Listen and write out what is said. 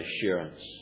assurance